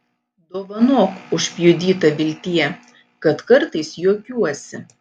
dovanok užpjudyta viltie kad kartais juokiuosi